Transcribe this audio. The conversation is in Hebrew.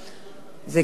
זה ייקח כמה שניות.